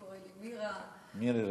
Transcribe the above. כבוד יושב-ראש הכנסת,